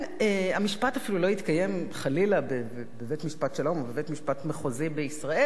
המשפט אפילו לא יתקיים חלילה בבית-משפט שלום או בבית-משפט מחוזי בישראל,